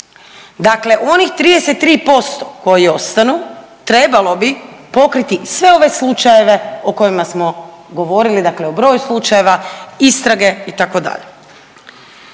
Dakle, onih 33% koji ostanu trebalo bi pokriti sve ove slučajeve o kojima smo govorili, dakle o broju slučajeva, istrage itd.